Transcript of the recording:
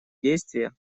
действия